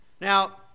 Now